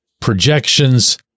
projections